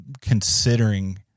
considering